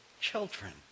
children